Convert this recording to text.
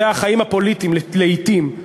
זה החיים הפוליטיים לעתים,